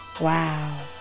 Wow